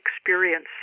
experience